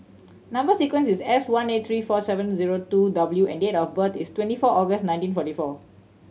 number sequence is S one eight three four seven zero two W and date of birth is twenty four August nineteen forty four